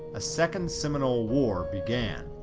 a second seminole war began.